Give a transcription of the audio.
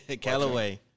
Callaway